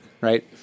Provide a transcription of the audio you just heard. Right